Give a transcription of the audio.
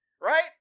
right